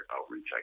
outreach